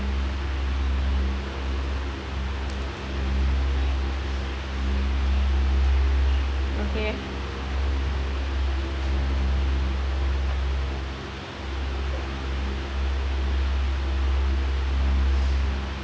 okay